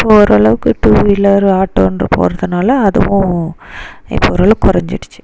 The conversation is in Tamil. இப்போ ஓரளவுக்கு டூவீலர் ஆட்டோன்ற போகிறதுனால அதுவும் இப்போது ஓரளவுக்கு குறஞ்சிடுச்சி